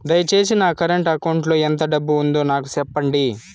దయచేసి నా current account లో ఎంత డబ్బు ఉందో నాకు సెప్పండి